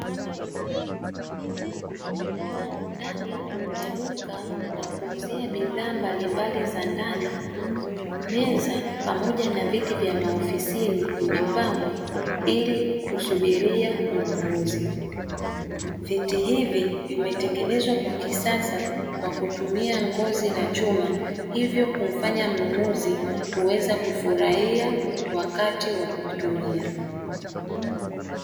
Ndani ya duka la kuuzia bidhaa mbalimbali za ndani, meza pamoja na viti vya maofisini, vimepangwa Ili kusubilia mnunuzi, viti hivi vimetengenezwa kwa kisasa kwa kutumia ngozi na chuma hivyo kumfanya mnunuzi kuweza kufurahia wakati wa kuvitumia.